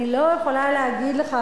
אני לא יכולה להגיד לך,